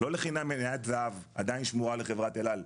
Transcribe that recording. לא לחינם מניית זהב עדיין שמורה לחברת אל על.